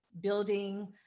building